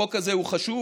החוק הזה הוא חשוב.